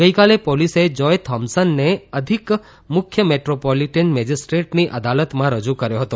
ગઇકાલે પોલીસે જોય થોમસને અધિક મુખ્ય મેટ્રોપોલીટન મેજીસ્ટ્રેટની અદાલતમાં રજૂ કર્યો હતો